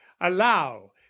allow